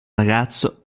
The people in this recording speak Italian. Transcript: ragazzo